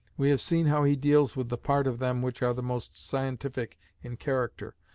we have seen how he deals with the part of them which are the most scientific in character,